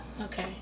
Okay